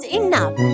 enough